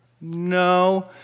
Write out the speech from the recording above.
No